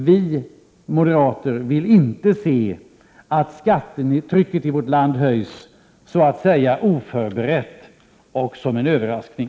Vi moderater vill inte se att skattetrycket i vårt land höjs, så att säga oförberett och som en överraskning.